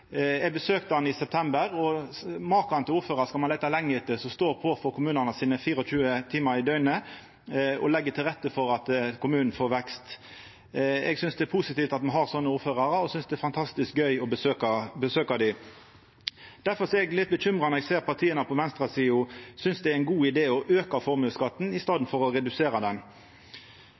Eg besøkte han i september. Makan til ordførar skal ein leita lenge etter. Han står på for kommunen sin 24 timar i døgnet og legg til rette for at kommunen får vekst. Eg synest det er positivt at me har sånne ordførarar. Eg synest det er fantastisk gøy å besøka dei. Difor er eg litt bekymra når eg ser at partia på venstresida synest det er ein god idé å auka formuesskatten i staden for å redusera